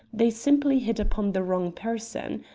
they simply hit upon the wrong person.